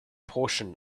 portion